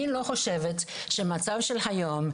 אני לא חושבת שהמצב של היום,